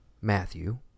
Matthew